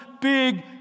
big